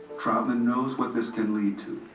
troutman knows what this can lead